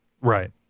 Right